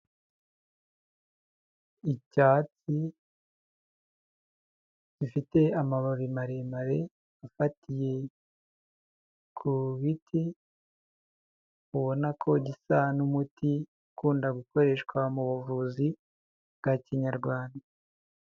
Icyatsi gifite amababi maremare afatiye ku biti, ubona ko gisa n'umuti ukunda gukoreshwa mu buvuzi bwa kinyarwanda.